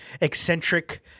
eccentric